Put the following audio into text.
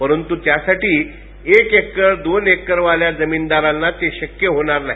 परंतू एक एकर दोन एकरवाल्या जमीनदारांना ते शक्य होणार नाही